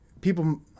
people